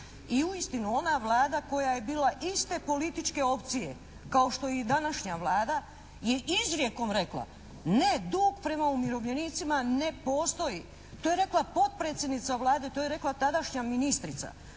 i uistinu ona Vlada koja je bila iste političke opcije kao što je i današnja Vlada, je izrijekom rekla: «Ne, dug prema umirovljenicima ne postoji!» To je rekla potpredsjednica Vlade, to je rekla tadašnja ministrica.